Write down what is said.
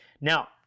now